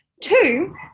Two